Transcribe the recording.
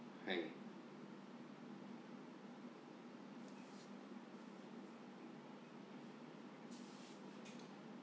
hang